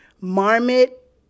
Marmot